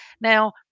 now